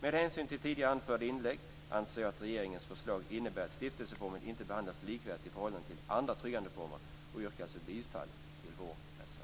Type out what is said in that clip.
Med hänvisning till vad som anförts i tidigare inlägg anser jag att regeringens förslag stiftelseformen inte behandlas likvärdigt i förhållande till andra tryggandeformer och yrkar alltså bifall vår reservation.